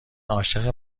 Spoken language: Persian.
عاشق